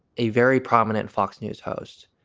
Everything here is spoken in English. a very prominent fox news host,